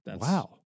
Wow